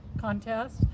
contest